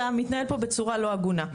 אתה מתנהל פה בצורה לא הגונה.